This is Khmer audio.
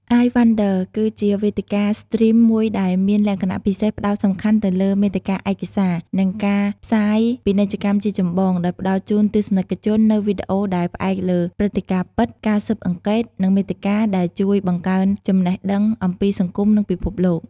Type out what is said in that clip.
អាយ វ៉ាន់ដឺ (iWonder) គឺជាវេទិកាស្ទ្រីមមួយដែលមានលក្ខណៈពិសេសផ្តោតសំខាន់ទៅលើមាតិកាឯកសារ និងការផ្សាយពាណិជ្ជកម្មជាចម្បង ដោយផ្តល់ជូនទស្សនិកជននូវវីដេអូដែលផ្អែកលើព្រឹត្តិការណ៍ពិត ការស៊ើបអង្កេត និងមាតិកាដែលជួយបង្កើនចំណេះដឹងអំពីសង្គមនិងពិភពលោក។